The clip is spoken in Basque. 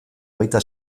baita